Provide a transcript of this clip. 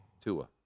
Tua